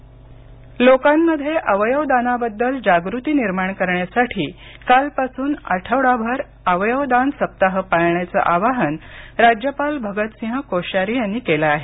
अवयव दान लोकांमध्ये अवयवदानाबद्दल जागृती निर्माण करण्यासाठी कालपासून आठवडाभर अवयवदान सप्ताह पाळण्याचं आवाहन राज्यपाल भगतसिंह कोश्यारी यांनी केलं आहे